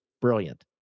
brilliant